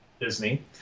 Disney